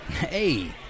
hey